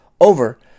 over